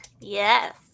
yes